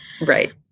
Right